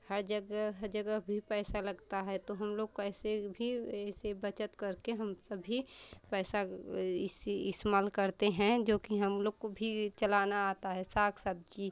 हर जगह जगह भी पैसा लगता है तो हम लोग कैसे भी ऐसे बचत करके हम सभी पैसा इस इस्तेमाल करते हैं जो कि हम लोग को भी चलाना आता है साग सब्ज़ी